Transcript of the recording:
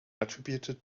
attributed